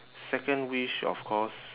second wish of course